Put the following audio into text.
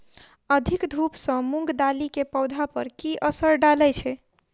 अधिक धूप सँ मूंग दालि केँ पौधा पर की असर डालय छै?